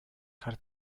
хар